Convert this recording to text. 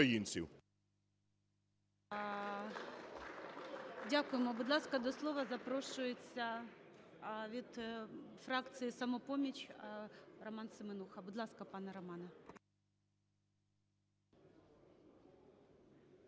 Дякуємо. Будь ласка, до слова запрошується від фракції "Самопоміч" Роман Семенуха. Будь ласка, пане Романе.